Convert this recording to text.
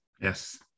Yes